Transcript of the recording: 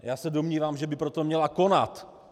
Já se domnívám, že by proto měla konat.